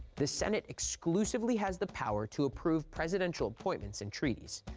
the senate exclusively has the power to approve presidential appointments and treaties.